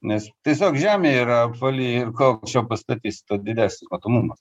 nes tiesiog žemė yra apvali ir kuo aukščiau pastatysi tuo didesnis matomumas